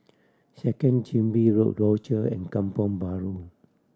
Second Chin Bee Road Rochor and Kampong Bahru